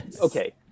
okay